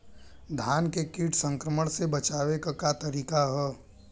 धान के कीट संक्रमण से बचावे क का तरीका ह?